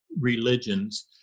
religions